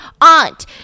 aunt